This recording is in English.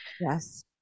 Yes